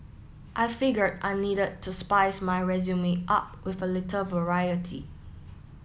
I figured I needed to spice my resume up with a little variety